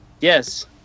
Yes